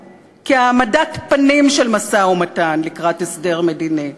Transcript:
כהעמדת פנים של משא-ומתן לקראת הסדר מדיני.